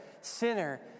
sinner